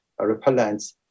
repellents